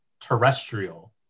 terrestrial